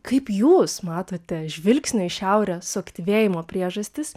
kaip jūs matote žvilgsnio į šiaurę suaktyvėjimo priežastis